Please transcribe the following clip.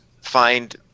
find